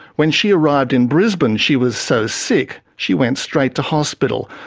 when she arrived in brisbane she was so sick she went straight to hospital,